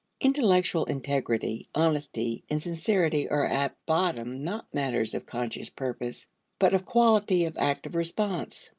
intellectual integrity, honesty, and sincerity are at bottom not matters of conscious purpose but of quality of active response.